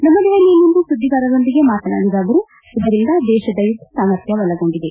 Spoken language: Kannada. ನವದೆಹಲಿಯಲ್ಲಿಂದು ಸುದ್ದಿಗಾರರೊಂದಿಗೆ ಮಾತನಾಡಿದ ಅವರು ಇದರಿಂದ ದೇಶದ ಯುದ್ದ ಸಾಮರ್ಥ್ನ ಬಲಗೊಂಡಿದೆ